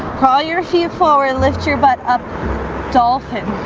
call your shit forward lift your butt up dolphin